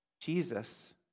Jesus